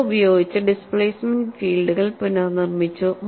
അത് ഉപയോഗിച്ച് ഡിസ്പ്ലേസ്മെന്റ് ഫീൽഡുകൾ പുനർനിർമ്മിച്ചു